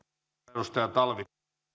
arvoisa